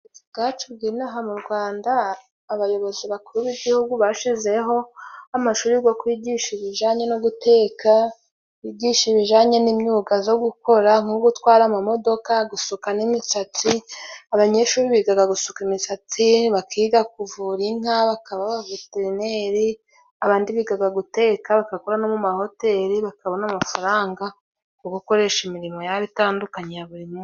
Uburezi bwacu bw'ino aha mu Rwanda, abayobozi bakuru b'Igihugu bashyizeho amashuri yo kwigisha ibijyanye no guteka, kwigisha ibijyanye n'imyuga yo gukora nko gutwara amamodoka, gusuka n'imisatsi, abanyeshuri biga gusuka imisatsi bakiga kuvura inka, bakaba abaveterineri, abandi biga guteka bagakora no mu mahoteli, bakabona amafaranga yo gukoresha imirimo yabo itandukanye ya buri mu...